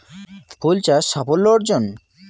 ফুল চাষ সাফল্য অর্জন?